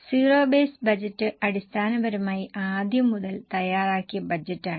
zero base budget അടിസ്ഥാനപരമായി ആദ്യം മുതൽ തയ്യാറാക്കിയ ബജറ്റാണ്